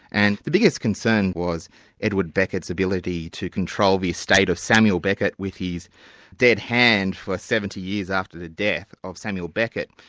and the biggest concern was edward beckett's ability to control the estate of samuel beckett with his dead hand for seventy years after the death of samuel beckett.